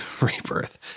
rebirth